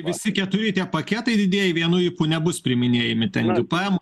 visi keturi tie paketai didieji vienu ypu nebus priiminėjami ten gpm